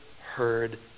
heard